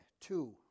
two